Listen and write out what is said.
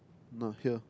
nah here